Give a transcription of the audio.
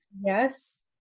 Yes